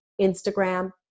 Instagram